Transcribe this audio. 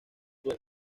dos